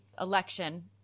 election